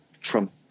Trump